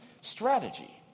strategy